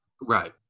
right